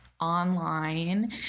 online